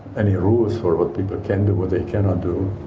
and rules for what people can do, what they cannot do.